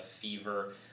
fever